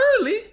early